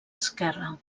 esquerra